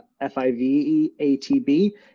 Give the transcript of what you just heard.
F-I-V-E-A-T-B